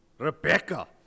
Rebecca